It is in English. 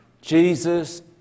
Jesus